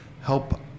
help